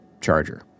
charger